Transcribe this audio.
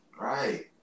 Right